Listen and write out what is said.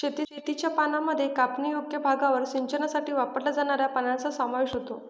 शेतीच्या पाण्यामध्ये कापणीयोग्य भागावर सिंचनासाठी वापरल्या जाणाऱ्या पाण्याचा समावेश होतो